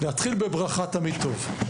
להתחיל בברכה תמיד טוב.